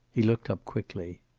he looked up quickly.